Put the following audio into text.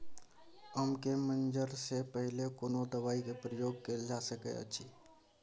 आम के मंजर से पहिले कोनो दवाई के प्रयोग कैल जा सकय अछि?